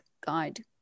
guide